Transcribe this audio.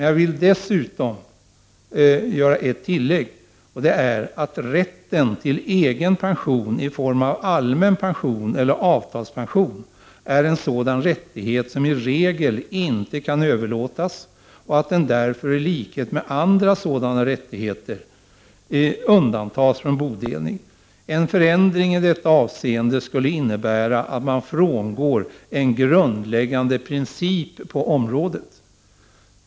Jag vill dessutom göra ett tillägg, att rätten till egen pension i form av allmän pension eller ATP-pension är en sådan rättighet som i regel inte kan överlåtas och att den därför i likhet med andra sådana rättigheter undantas från bodelning. En förändring i detta avseende skulle innebära att man frångår en grundläggande princip på området.